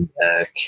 back